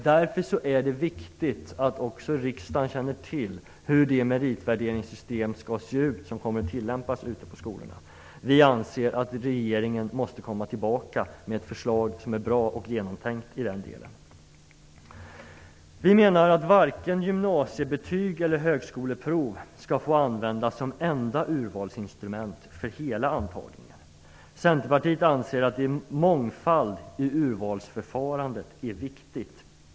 Därför är det viktigt att också riksdagen känner till hur det meritvärderingssystem skall se ut som kommer att tilllämpas ute på skolorna. Vi anser att regeringen måste återkomma med ett bra och genomtänkt förslag i den delen. Varken gymnasiebetyg eller högskoleprov skall, menar vi, få användas som enda urvalsinstrument för hela antagningen. Vi i Centerpartiet anser att en mångfald i urvalsförfarandet är viktigt.